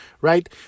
right